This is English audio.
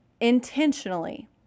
intentionally